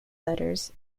letters